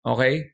Okay